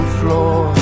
floor